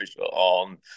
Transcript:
on